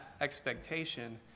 expectation